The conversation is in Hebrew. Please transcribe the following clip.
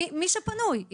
מי שפנוי.